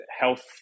health